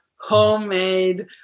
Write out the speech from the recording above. homemade